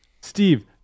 Steve